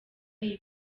iyi